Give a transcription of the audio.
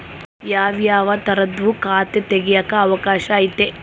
ಯಾವ್ಯಾವ ತರದುವು ಖಾತೆ ತೆಗೆಕ ಅವಕಾಶ ಐತೆ?